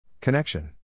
Connection